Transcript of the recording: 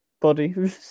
body